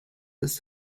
ist